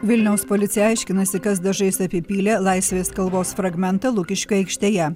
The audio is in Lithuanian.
vilniaus policija aiškinasi kas dažais apipylė laisvės kalvos fragmentą lukiškių aikštėje